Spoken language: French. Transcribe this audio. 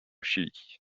chili